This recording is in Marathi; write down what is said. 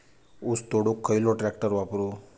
ऊस तोडुक खयलो ट्रॅक्टर वापरू?